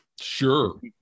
Sure